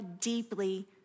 deeply